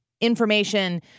information